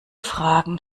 fragen